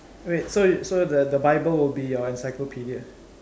wait so y~ so the Bible will be your encyclopedia